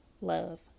love